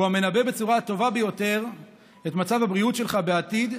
הוא המנבא בצורה הטובה ביותר את מצב הבריאות שלך בעתיד,